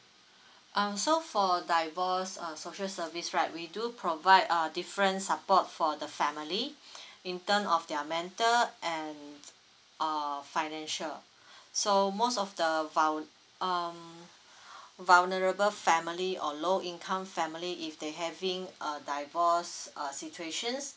um so for divorce uh social service right we do provide uh different support for the family in terms of their mental and or financial so most of the vu~ um vulnerable family or low income family if they having a divorce uh situations